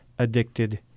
addicted